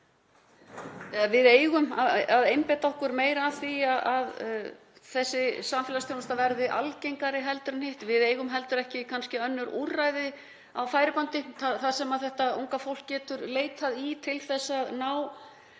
við eigum að einbeita okkur meira að því að þessi samfélagsþjónusta verði algengari heldur en hitt. Við eigum heldur ekki kannski önnur úrræði á færibandi sem þetta unga fólk getur leitað í til að